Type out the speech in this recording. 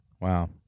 Wow